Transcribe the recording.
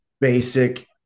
basic